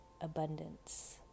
abundance